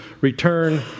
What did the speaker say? return